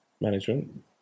management